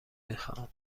میخواهم